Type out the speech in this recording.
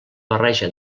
barreja